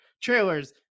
trailers